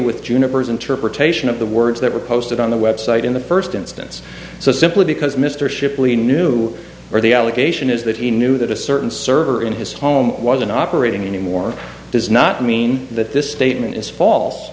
with juniper's interpretation of the words that were posted on the website in the first instance so simply because mr shipley knew or the allegation is that he knew that a certain server in his home was an operating anymore does not mean that this statement is false